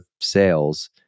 sales